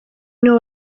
nibo